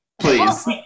please